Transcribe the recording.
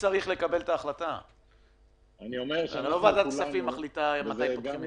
לא ועדת כספים מחליטה מתי פותחים את אילת.